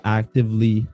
actively